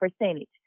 percentage